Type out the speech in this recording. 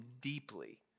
deeply